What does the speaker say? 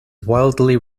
widely